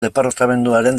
departamenduaren